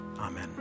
Amen